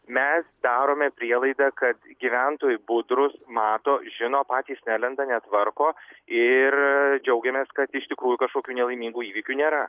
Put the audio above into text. mes darome prielaidą kad gyventojai budrūs mato žino patys nelenda netvarko ir džiaugiamės kad iš tikrųjų kažkokių nelaimingų įvykių nėra